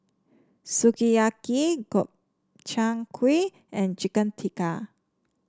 Sukiyaki Gobchang Gui and Chicken Tikka